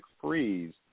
freeze